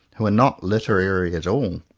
who are not literary at all.